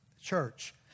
church